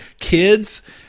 Kids